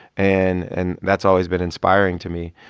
and and that's always been inspiring to me.